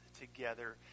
together